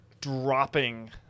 dropping